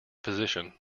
position